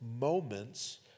moments